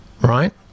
right